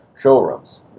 showrooms